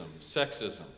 sexism